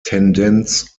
tendenz